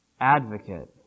advocate